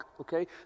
okay